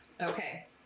Okay